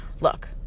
look